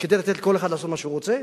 כדי לתת לכל אחד לעשות מה שהוא רוצה?